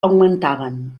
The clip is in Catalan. augmentaven